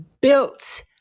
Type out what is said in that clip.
built